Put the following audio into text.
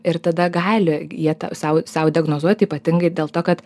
ir tada gali jie te sau sau diagnozuoti ypatingai dėl to kad